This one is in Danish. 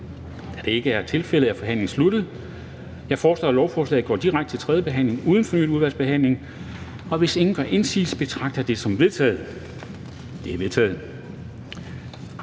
nr. 1 og 2, tiltrådt af udvalget? De er vedtaget. Jeg foreslår, at lovforslaget går direkte til tredje behandling uden fornyet udvalgsbehandling. Hvis ingen gør indsigelse, betragter jeg dette som vedtaget. Det er vedtaget.